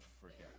forget